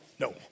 no